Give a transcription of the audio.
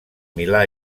milà